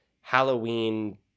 Halloween